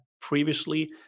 previously